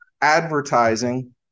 advertising